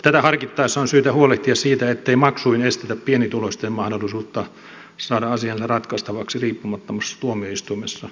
tätä harkittaessa on syytä huolehtia siitä ettei maksuin estetä pienituloisten mahdollisuutta saada asiansa ratkaistavaksi riippumattomassa tuomioistuimessa